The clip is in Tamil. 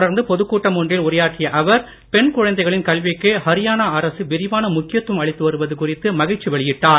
தொடர்ந்து பொதுக் கூட்டம் ஒன்றில் உரையாற்றிய அவர் பெண் குழந்தைகளின் கல்விக்கு ஹரியானா அரசு விரிவான முக்கியத்துவம் அளித்து வருவது குறித்து மகிழ்ச்சி வெளியிட்டார்